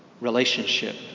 relationship